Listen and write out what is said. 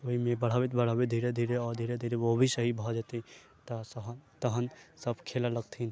तऽ ओइमे बढ़बति बढ़बति धीरे धीरे आओर धीरे धीरे आओर भी सही भऽ जेतै तहन सब खेलऽ लगथिन